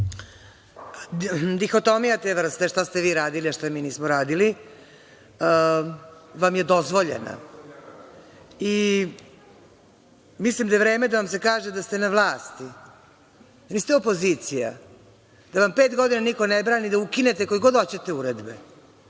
Dihotomija te vrste šta ste vi radili, a šta mi nismo radili vam je dozvoljena i mislim da je vreme da vam se kaže da ste na vlasti. Vi ste opozicija, da vam pet godina niko ne brani da ukinete koji god hoćete uredbe,